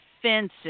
offensive